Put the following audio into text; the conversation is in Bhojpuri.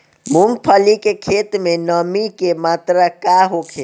मूँगफली के खेत में नमी के मात्रा का होखे?